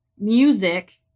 Music